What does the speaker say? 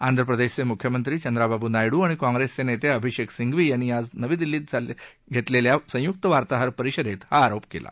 आंध्रप्रदेशचे मुख्यमंत्री चंद्राबाबू नायडू आणि काँग्रेसचे नेते अभिषेक सिंघवी यांनी आज नवी दिल्लीत झालेल्या संयुक्त वार्ताहर परिषदेत हा आरोप केला